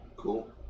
cool